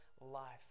life